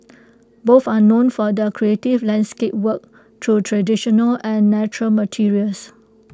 both are known for their creative landscape work through traditional and natural materials